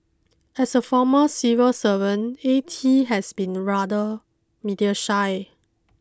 as a former civil servant A T has been rather media shy